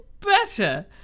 better